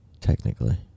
technically